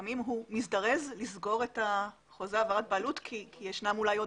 לפעמים הוא מזדרז לסגור את חוזה העברת הבעלות כי אולי יש עוד